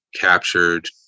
captured